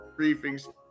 briefings